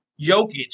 Jokic